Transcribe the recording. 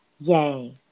Yay